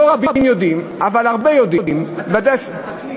לא רבים יודעים, אבל הרבה יודעים, התקליט.